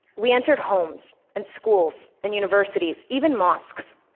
we entered homes and schools and universities, even mosques.